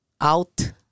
out